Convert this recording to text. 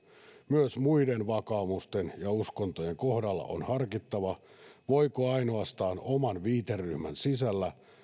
myös muiden vakaumusten ja uskontojen kohdalla on harkittava voiko ainoastaan oman viiteryhmänsä sisällä